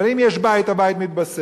אבל אם יש בית, הבית מתבסס.